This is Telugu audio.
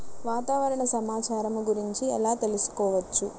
వాతావరణ సమాచారము గురించి ఎలా తెలుకుసుకోవచ్చు?